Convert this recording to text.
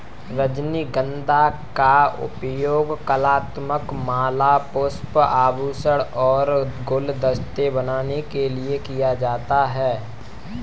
रजनीगंधा का उपयोग कलात्मक माला, पुष्प, आभूषण और गुलदस्ते बनाने के लिए किया जाता है